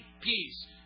peace